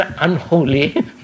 unholy